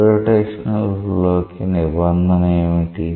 irrotational flow కి నిబంధన ఏమిటి